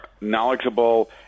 knowledgeable